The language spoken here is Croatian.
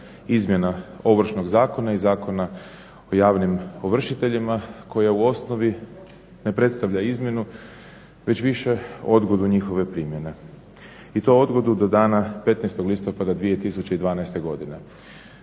izmjena Ovršnog zakona i Zakona o javnim ovršiteljima koja u osnovi ne predstavlja izmjenu već više odgodu njihove primjene. I to odgodu do dana 15. listopada 2012. godine.